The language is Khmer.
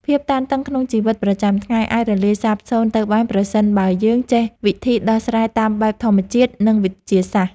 ភាពតានតឹងក្នុងជីវិតប្រចាំថ្ងៃអាចរលាយសាបសូន្យទៅបានប្រសិនបើយើងចេះវិធីដោះស្រាយតាមបែបធម្មជាតិ និង វិទ្យាសាស្ត្រ។